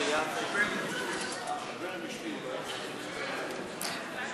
ההסתייגות (5) של קבוצת סיעת מרצ לסעיף 1 לא נתקבלה.